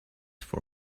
for